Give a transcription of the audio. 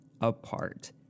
apart